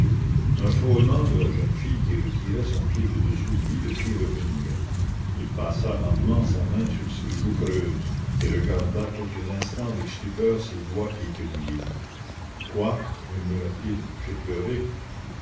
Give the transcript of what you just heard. un frôlement de la jeune fille qui retirait son pied de dessous lui le fit revenir il passa lentement sa main sur ses joues creuses et regarda quelques instants avec stupeur ses doigts qui étaient mouillés quoi murmura-t-il j'ai pleuré